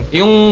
yung